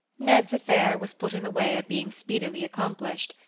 ned's affair was put in the way of being speedily accomplished,